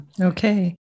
Okay